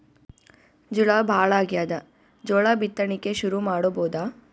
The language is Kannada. ಝಳಾ ಭಾಳಾಗ್ಯಾದ, ಜೋಳ ಬಿತ್ತಣಿಕಿ ಶುರು ಮಾಡಬೋದ?